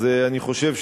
אז אני חושב,